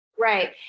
Right